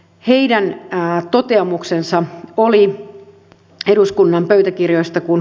heidän päätoteamuksensa oli eduskunnan pöytäkirjasta kun